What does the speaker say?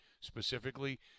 specifically